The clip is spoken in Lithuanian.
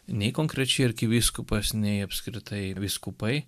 nei konkrečiai arkivyskupas nei apskritai vyskupai